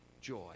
joy